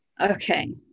Okay